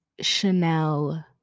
Chanel